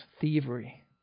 thievery